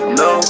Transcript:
no